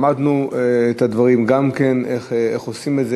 למדנו את הדברים, גם כן, איך עושים את זה.